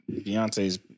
Beyonce's